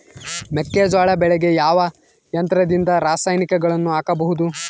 ಮೆಕ್ಕೆಜೋಳ ಬೆಳೆಗೆ ಯಾವ ಯಂತ್ರದಿಂದ ರಾಸಾಯನಿಕಗಳನ್ನು ಹಾಕಬಹುದು?